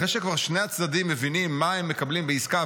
אחרי ששני הצדדים כבר מבינים מה הם מקבלים בעסקה,